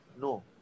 No